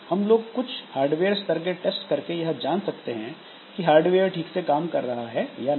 हम लोग कुछ हार्डवेयर स्तर के टेस्ट करके यह जान सकते हैं कि हार्डवेयर ठीक से काम कर रहा है या नहीं